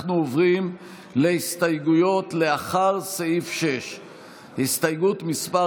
אנחנו עוברים להסתייגויות לאחר סעיף 6. הסתייגות מס'